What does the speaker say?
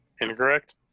Incorrect